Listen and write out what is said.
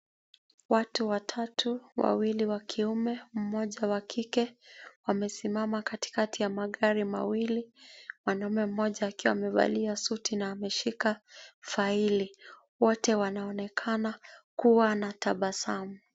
Watu watatu wawili wa kiume mmoja wa kike wamesimama katikati ya magari mawili, mwanaume mmoja akiwa amevalia suti na ameshika faili. Wote wanaonekana kuwa na tabasamu.